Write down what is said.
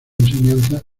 enseñanza